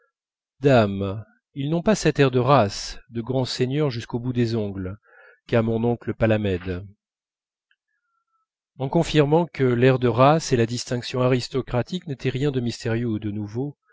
dame ils n'ont pas cet air de race de grand seigneur jusqu'au bout des ongles qu'a mon oncle palamède en confirmant que l'air de race et la distinction aristocratiques n'étaient rien de mystérieux et de nouveau